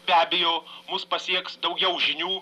be abejo mus pasieks daugiau žinių